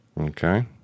Okay